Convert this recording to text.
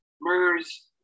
MERS